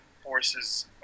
forces